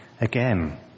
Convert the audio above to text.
again